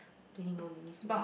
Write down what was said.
twenty more minutes to go